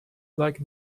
like